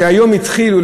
שהיום התחילו,